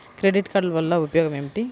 Credit card వల్ల ఉపయోగం ఏమిటీ?